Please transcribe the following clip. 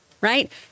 right